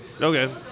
Okay